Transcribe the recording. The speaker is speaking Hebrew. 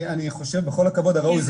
בכל הכבוד הראוי,